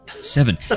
Seven